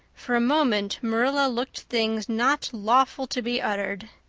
for a moment marilla looked things not lawful to be uttered.